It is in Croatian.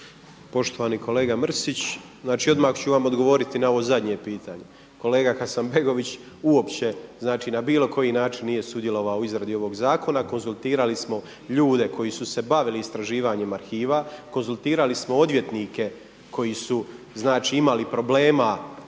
Poštovani kolega Mrsić, znači odmah ću vam odgovoriti na ovo zadnje pitanje. Kolega Hasanbegović uopće, znači na bilo koji način nije sudjelovao u izradi ovog zakona. Konzultirali smo ljude koji su se bavili istraživanjem arhiva, konzultirali smo odvjetnike koji su znači imali problema